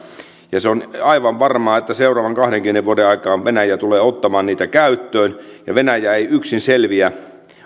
ja se on aivan varmaa että seuraavan kahdenkymmenen vuoden aikana venäjä tulee ottamaan niitä käyttöön venäjä ei yksin selviä